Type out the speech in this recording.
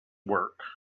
work